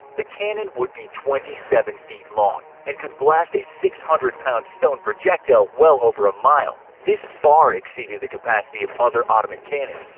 the cannon would be twenty seven feet long, and could blast a six hundred pound stone projectile well over a mile. this far exceeded the capacity of other ottoman cannons,